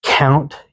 Count